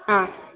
ಹಾಂ